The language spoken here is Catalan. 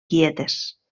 quietes